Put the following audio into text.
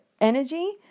energy